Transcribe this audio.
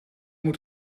moet